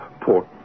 port